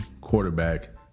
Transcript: quarterback